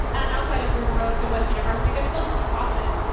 and outside of river oaks and west university, there's still some options.